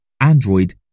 Android